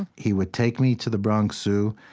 he would take me to the bronx zoo,